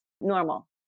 normal